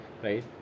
Right